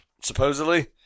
supposedly